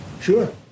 Sure